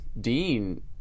Dean